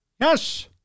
Yes